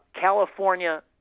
California